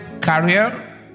career